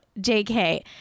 JK